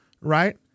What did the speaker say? right